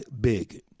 big